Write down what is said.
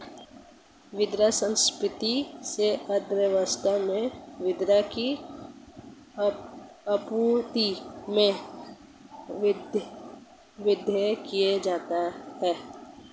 मुद्रा संस्फिति से अर्थव्यवस्था में मुद्रा की आपूर्ति में वृद्धि की जाती है